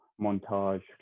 montage